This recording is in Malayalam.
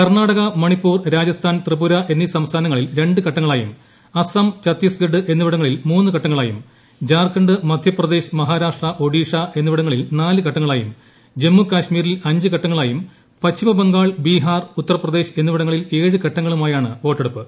കർണാടക മണിപ്പൂർ രാജസ്ഥാൻ ത്രിപുര എന്നീ സംസ്ഥാന ങ്ങളിൽ രണ്ട് ഘട്ടങ്ങളായും അസം ഛത്തീസ്ഗഡ് എന്നിവിട ങ്ങളിൽ മൂന്ന് ഘട്ടങ്ങളായും ജാർഖണ്ഡ് മധ്യപ്രദേശ് മഹാ രാഷ്ട്ര ഒഡീഷ എന്നിവിടങ്ങളിൽ നാല് ഘട്ടങ്ങളായും ജമ്മുകാശ്മീരിൽ അഞ്ച് ഘട്ടങ്ങളായും പശ്ചിമബംഗാൾ ബീഹാർ ഉത്തർപ്രദേശ് എന്നിവിടങ്ങളിൽ ഏഴ് ഘട്ടങ്ങളുമായുമാണ് വോട്ടെടുപ്പ്